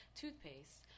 toothpaste